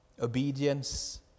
obedience